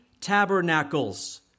tabernacles